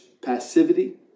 passivity